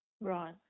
Right